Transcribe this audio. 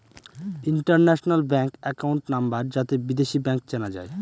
international bank account number যাতে বিদেশী bank চেনা যায়